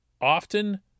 often